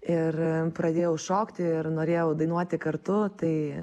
ir pradėjau šokti ir norėjau dainuoti kartu tai